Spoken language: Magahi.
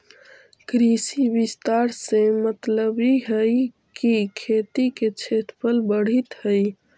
कृषि विस्तार से मतलबहई कि खेती के क्षेत्रफल बढ़ित हई